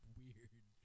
weird